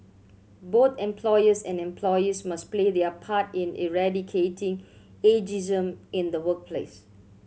both employers and employees must play their part in eradicating ageism in the workplace